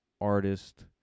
artist